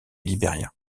liberia